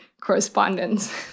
correspondence